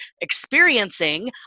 experiencing